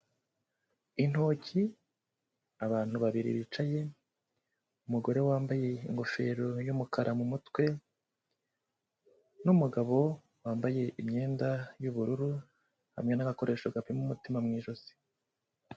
Intoki, abantu babiri bicaye, umugore wambaye ingofero y'umukara mu mutwe n'umugabo wambaye imyenda y'ubururu hamwe n'agakoresho gapima umutima mu ijosi.